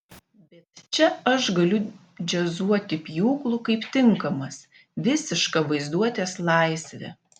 bet čia aš galiu džiazuoti pjūklu kaip tinkamas visiška vaizduotės laisvė